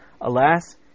Alas